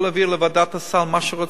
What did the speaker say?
יכול להעביר לוועדת הסל מה שרוצים.